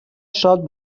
شاد